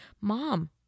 mom